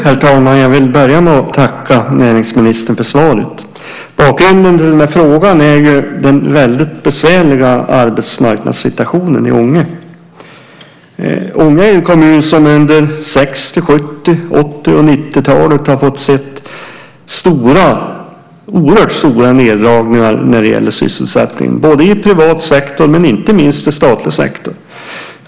Herr talman! Jag vill börja med att tacka näringsministern för svaret. Bakgrunden till frågan är ju den väldigt besvärliga arbetsmarknadssituationen i Ånge. Ånge är en kommun som under 60-, 70-, 80 och 90-talen har fått se oerhört stora neddragningar när det gäller sysselsättning både i privat och inte minst i statlig sektor.